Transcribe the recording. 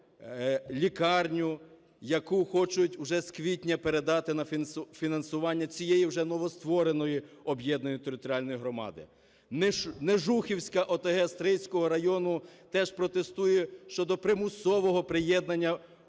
лікарню, яку хочуть уже з квітня передати на фінансування цієї вже новоствореної об'єднаної територіальної громади. Нежухівська ОТГ Стрийського району теж протестує щодо примусового приєднання